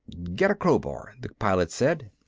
get a crowbar, the pilot said.